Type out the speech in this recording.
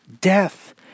Death